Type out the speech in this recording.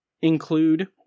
include